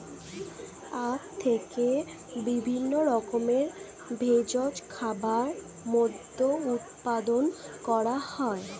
আখ থেকে বিভিন্ন রকমের ভেষজ খাবার, মদ্য উৎপাদন করা হয়